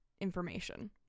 information